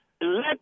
let